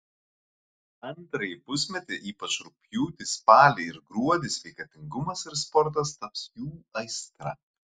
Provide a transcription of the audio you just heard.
antrąjį pusmetį ypač rugpjūtį spalį ir gruodį sveikatingumas ir sportas taps jų aistra